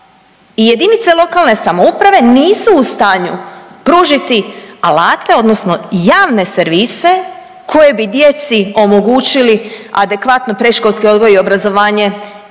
jedinice lokalne samouprave nisu u stanju pružiti alate odnosno javne servise koje bi djeci omogućiti adekvatno predškolski odgoj i obrazovanje